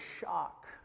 shock